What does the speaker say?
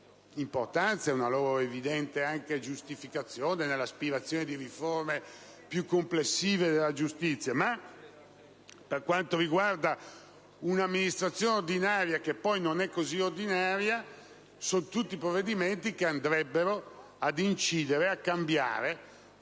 importanza e una loro evidente giustificazione nell'aspirazione a riforme più complessive delle giustizia, ma per quanto riguarda un'amministrazione ordinaria, che poi non è così ordinaria. Sono tutti provvedimenti che andrebbero a incidere, a cambiare